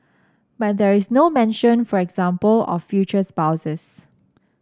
but there is no mention for example of future spouses